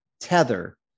tether